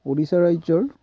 উৰিষ্যা ৰাজ্যৰ